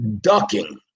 ducking